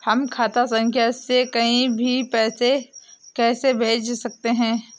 हम खाता संख्या से कहीं भी पैसे कैसे भेज सकते हैं?